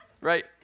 Right